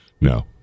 no